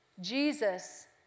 Jesus